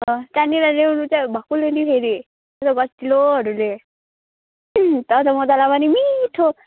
त्यहाँनिर ल्याउनु चाहिँ भक्कु ले नि फेरि गतिलो गतिलोहरू ले तब त म तँलाई पनि मिठो